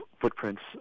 footprints